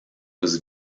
was